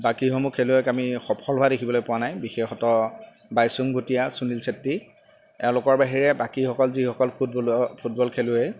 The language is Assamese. বাকীসমূহ খেলুৱৈক আমি সফল হোৱা দেখিবলৈ পোৱা নাই বিশেষত বাইচুং ভূটিয়া সুনিল চেত্ৰী এওঁলোকৰ বাহিৰে বাকীসকল যিসকল ফুটবল ফুটবল খেলুৱৈ